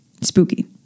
Spooky